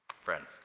Friend